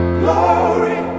glory